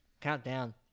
Countdown